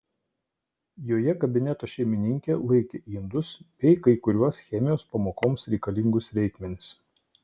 joje kabineto šeimininkė laikė indus bei kai kuriuos chemijos pamokoms reikalingus reikmenis